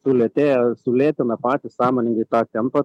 sulėtėja sulėtina patys sąmoningai tą tempą